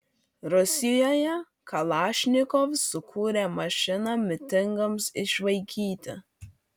rusijoje kalašnikov sukūrė mašiną mitingams išvaikyti